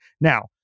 Now